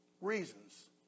reasons